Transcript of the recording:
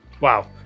Wow